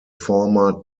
former